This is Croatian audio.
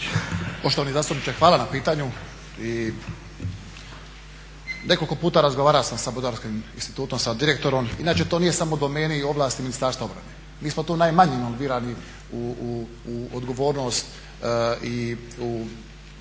Poštovani zastupniče hvala na pitanju. Nekoliko puta razgovarao sam sa Brodarskim institutom, sa direktorom, inače to nije samo u domeni i ovlasti Ministarstva obrane. Mi smo tu najmanjinom birani u odgovornost i u